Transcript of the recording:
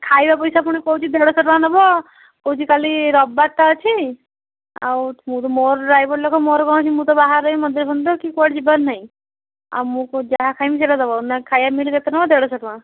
ଖାଇବା ପଇସା ପୁଣି କହୁଛି ଦେଢ ଶହ ଟଙ୍କାନେବ କହୁଛି କାଲି ରବିବାରଟା ଅଛି ଆଉ ମୋର ଡ୍ରାଇଭର୍ ଲୋକ ମୋର କଣ ଅଛି ମୁଁ ତ ବାହାରେ ରହିବି ମନ୍ଦିରଫନ୍ଦିର କି କୁଆଡ଼େ ଯିବାରନାଇ ଆ ମୁଁ ଯାହା ଖାଇବି ସେଇଟା ଦେବ ନା ଖାଇବା ମିଲ୍ କେତେ ଟଙ୍କା ନା ଦେଢ ଶହ ଟଙ୍କା